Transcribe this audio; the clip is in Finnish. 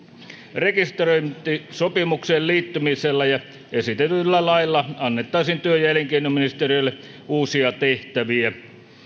rekisteröintisopimukseen liittymisellä ja esitetyllä lailla annettaisiin työ ja elinkeinoministeriölle uusia tehtäviä